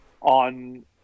on